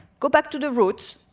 go back to the roots,